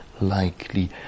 likely